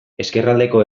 ezkerraldeko